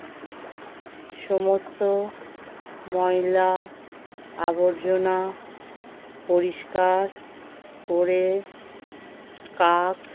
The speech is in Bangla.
সমস্ত ময়লা আবর্জনা পরিষ্কার করে কাক